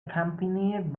accompanied